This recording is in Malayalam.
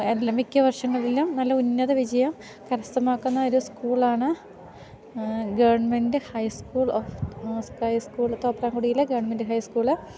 അല്ല മിക്ക വർഷങ്ങളിലും നല്ല ഉന്നത വിജയം കരസ്ഥമാക്കുന്ന ഒരു സ്കൂളാണ് government high school of high school തോപ്രാങ്കുടിയിലെ ഗവൺമെൻറ്റ് ഹൈ സ്കൂൾ